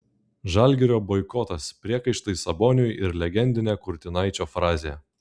žalgirio boikotas priekaištai saboniui ir legendinė kurtinaičio frazė